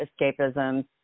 escapism